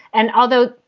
and although,